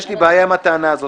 יש לי בעיה עם הטענה הזאת,